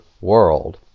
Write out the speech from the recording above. world